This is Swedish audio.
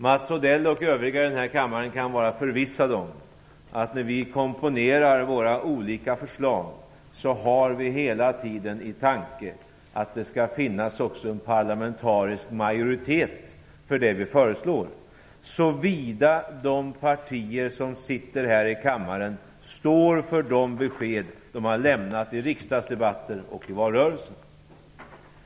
Mats Odell och övriga i den här kammaren kan vara förvissade om att när vi komponerar våra olika förslag så har vi hela tiden i tanke att det skall finnas också en parlamentarisk majoritet för det vi föreslår, såvida de partier som sitter här i kammaren står för de besked de har lämnat i riksdagsdebatter och i valrörelsen.